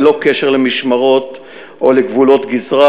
ללא קשר למשמרות או לגבולות גזרה,